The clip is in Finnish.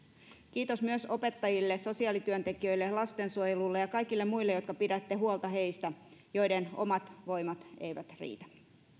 kiitos myös opettajille sosiaalityöntekijöille lastensuojelulle ja kaikille muille jotka pidätte huolta heistä joiden omat voimat eivät riitä